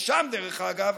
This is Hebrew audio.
שם, דרך אגב,